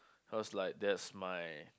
cause like that's my